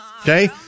Okay